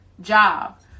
job